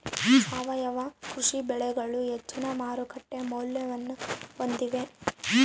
ಸಾವಯವ ಕೃಷಿ ಬೆಳೆಗಳು ಹೆಚ್ಚಿನ ಮಾರುಕಟ್ಟೆ ಮೌಲ್ಯವನ್ನ ಹೊಂದಿವೆ